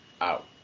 out